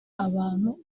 abantu